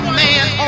man